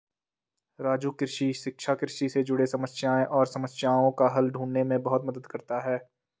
राजू कृषि शिक्षा कृषि से जुड़े समस्याएं और समस्याओं का हल ढूंढने में बहुत मदद करता है